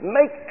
make